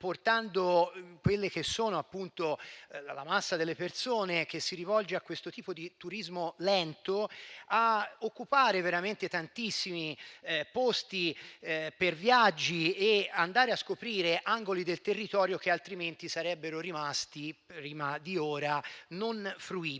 portando la massa delle persone che si rivolge a questo tipo di turismo lento a occupare veramente tantissimi posti per viaggi e per andare a scoprire angoli del territorio che altrimenti sarebbero rimasti non fruibili.